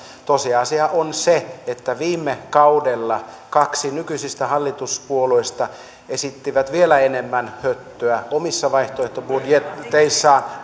tosiasia on se että viime kaudella kaksi nykyisistä hallituspuolueista esitti vielä enemmän höttöä omissa vaihtoehtobudjeteissaan